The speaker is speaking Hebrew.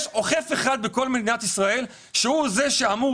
יש אוכף אחד בכל מדינת ישראל שהוא זה שאמור